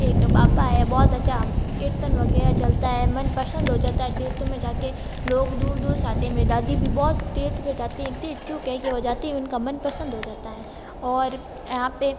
एक बाबा है बहुत अच्छा कीर्तन वग़ैरह चलता है मनपसंद हो जाता है तीर्थ में जाकर लोग दूर दूर से आते हैं मेरी दादी भी बहुत तीर्थ में जाती थी जो कहीं की वह जाती उनका मनपसंद हो जाता है और यहाँ पर